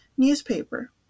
Newspaper